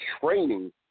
training